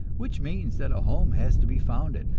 which means that a home has to be founded,